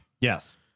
Yes